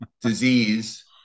disease